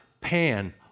Pan